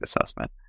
assessment